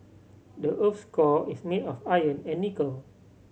the earth's core is made of iron and nickel